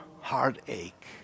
heartache